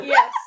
Yes